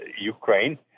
Ukraine